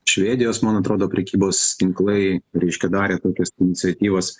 švedijos man atrodo prekybos tinklai reiškia darė tokias iniciatyvas